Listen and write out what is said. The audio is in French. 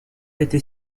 était